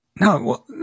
No